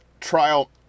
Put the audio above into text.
trial